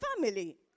family